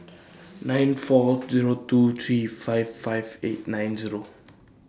nine four Zero two three five five eight nine Zero